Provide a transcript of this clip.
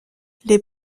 les